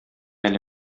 әле